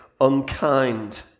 unkind